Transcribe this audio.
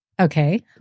Okay